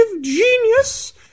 genius